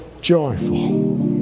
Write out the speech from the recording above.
joyful